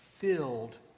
filled